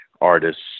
artists